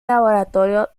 laboratorio